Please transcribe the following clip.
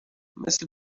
مثل